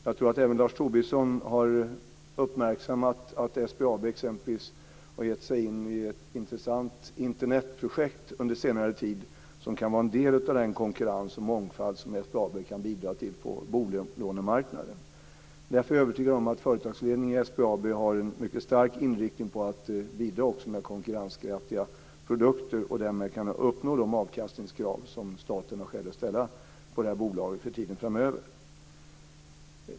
Jag tror att även Lars Tobisson har uppmärksammat att exempelvis SBAB har gett sig in i ett intressant Internetprojekt under senare tid som kan vara en del av den konkurrens och mångfald som SBAB kan bidra till på bolånemarknaden. Därför är jag övertygad om att företagsledningen i SBAB har en mycket stark inriktning på att bidra också med konkurrenskraftiga produkter och därmed kunna uppnå de avkastningskrav som staten har skäl att ställa på detta bolag för tiden framöver.